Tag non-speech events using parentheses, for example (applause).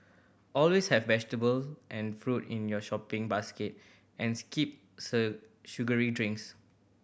always have vegetables and fruit in your shopping basket and skip (unintelligible) sugary drinks